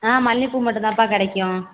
ஆ மல்லிகைப்பூ மட்டும் தான்ப்பா கிடைக்கும்